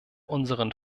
unseren